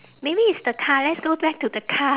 maybe it's the car let's go back to the car